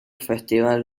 festival